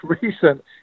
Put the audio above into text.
recent